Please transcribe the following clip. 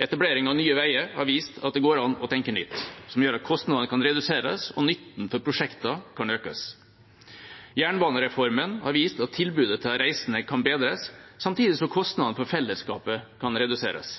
Etableringen av Nye Veier har vist at det går an å tenke nytt, på en måte som gjør at kostnadene kan reduseres og nytten for prosjekter økes. Jernbanereformen har vist at tilbudet til reisende kan bedres samtidig som kostnadene for fellesskapet kan reduseres.